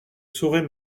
saurait